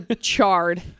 charred